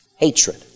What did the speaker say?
hatred